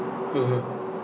mmhmm